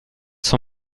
son